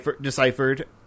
deciphered